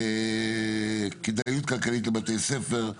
כדאיות כלכלית לבתי ספר,